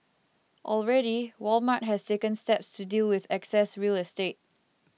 already Walmart has taken steps to deal with excess real estate